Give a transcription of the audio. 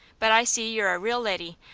but i see you're a real leddy,